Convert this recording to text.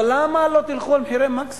אבל למה לא תלכו על מחירי מקסימום?